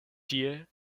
tie